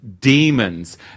demons